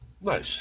Nice